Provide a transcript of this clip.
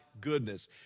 goodness